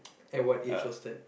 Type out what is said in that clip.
at what age was that